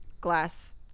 glass